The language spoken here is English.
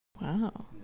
Wow